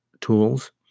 tools